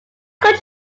could